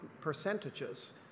percentages